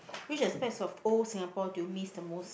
which aspect of old Singapore do you miss the most